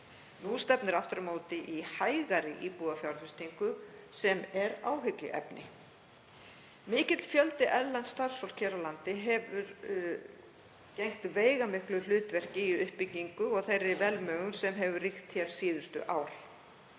Nú stefnir aftur á móti í hægari íbúðarfjárfestingu sem er áhyggjuefni. Mikill fjöldi erlends starfsfólks er hér á landi. Hefur það gegnt veigamiklu hlutverki í uppbyggingu og þeirri velmegun sem hefur ríkt hér síðustu ár.